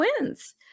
wins